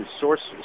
sources